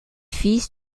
fils